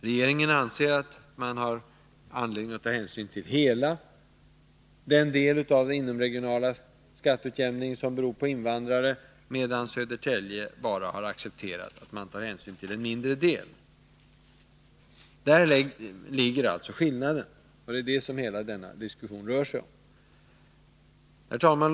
Regeringen anser att det finns anledning att ta hänsyn till hela den del av den inomregionala skatteutjämningen som beror på invandrarna, medan Södertälje bara har accepterat att man tar hänsyn till en mindre del. Däri ligger alltså skillnaden, och det är det som hela denna diskussion rör sig om. Herr talman!